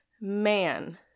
man